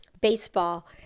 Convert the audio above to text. baseball